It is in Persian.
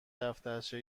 دفترچه